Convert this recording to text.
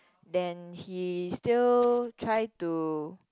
then he still tries to